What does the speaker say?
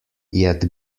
yet